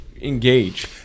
engage